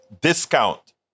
discount